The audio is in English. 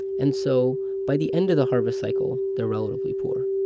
and so by the end of the harvest cycle, they're relatively poor.